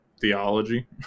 theology